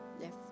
Yes